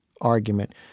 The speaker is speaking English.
argument –